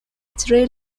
tre